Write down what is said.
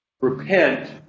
repent